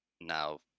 now